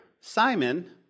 Simon